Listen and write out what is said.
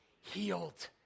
healed